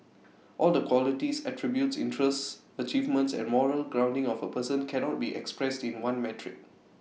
all the qualities attributes interests achievements and moral grounding of A person cannot be expressed in one metric